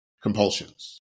Compulsions